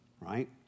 right